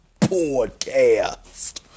Podcast